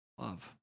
Love